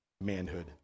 Manhood